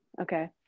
okay